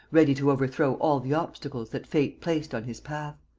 ready to overthrow all the obstacles that fate placed on his path.